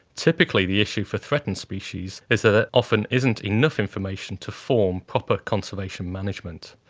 typically the issue for threatened species is that there often isn't enough information to form proper conservation management.